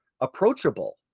approachable